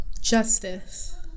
Justice